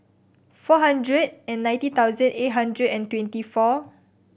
four hundred and ninety thousand eight hundred and twenty four